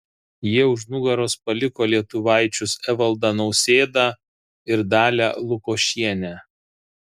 jie už nugaros paliko lietuvaičius evaldą nausėdą ir dalią lukošienę